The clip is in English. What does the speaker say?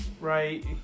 right